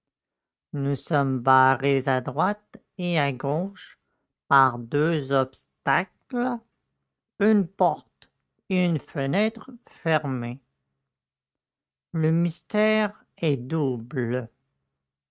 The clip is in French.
nous sommes barrés à droite et à gauche par deux obstacles une porte et une fenêtre fermées le mystère est double